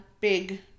big